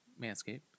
manscape